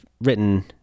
written